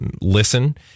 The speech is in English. listen